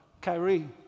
Kyrie